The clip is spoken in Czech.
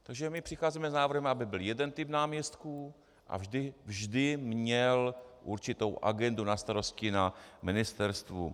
Takže my přicházíme s návrhem, aby byl jeden typ náměstků a vždy měl určitou agendu na starosti na ministerstvu.